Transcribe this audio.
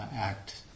act